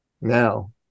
now